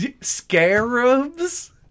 scarabs